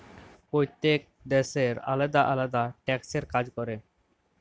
প্যইত্তেক দ্যাশের আলেদা আলেদা ট্যাক্সের কাজ ক্যরে